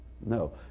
No